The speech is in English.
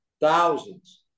thousands